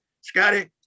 scotty